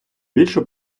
більшу